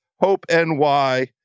HOPE-NY